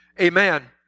Amen